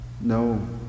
No